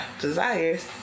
desires